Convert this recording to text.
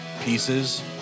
pieces